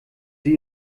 sie